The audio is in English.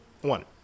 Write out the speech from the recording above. One